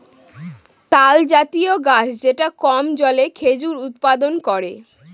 তালজাতীয় গাছ যেটা কম জলে খেজুর উৎপাদন করে